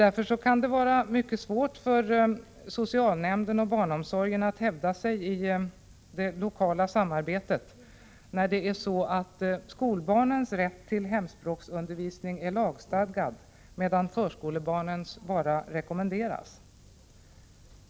Därför kan det vara mycket svårt för socialnämnden och barnomsorgen att hävda sig i det lokala samarbetet, eftersom skolbarnens rätt till hemspråksundervisning är lagstadgad, medan förskolebarnen bara rekommenderas hemspråksundervisning.